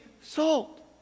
salt